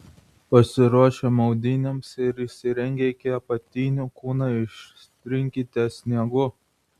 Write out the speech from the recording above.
pasiruošę maudynėms ir išsirengę iki apatinių kūną ištrinkite sniegu